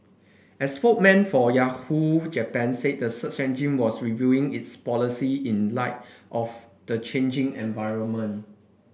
a spokesman for Yahoo Japan said the search engine was reviewing its policy in light of the changing environment